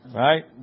right